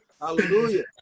hallelujah